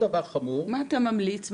מה אתה ממליץ?